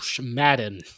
Madden